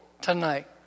tonight